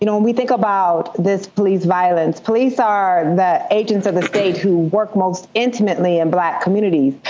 you know when we think about this police violence, police are the agents of the state who work most intimately in black communities.